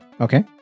Okay